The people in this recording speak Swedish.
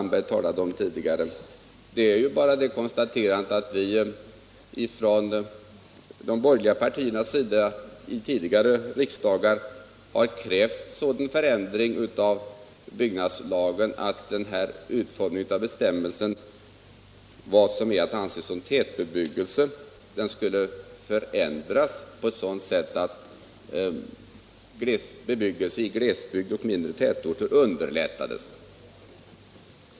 Det är bara att konstatera att vi från de borgerliga partiernas sida under tidigare riksdagar har krävt att utformningen av bestämmelsen i byggnadslagen om vad som är att anse som tätbebyggelse skulle ändras på ett sådant sätt att bebyggelse i glesbygd och mindre tätorter underlättades.